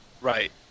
Right